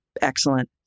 excellent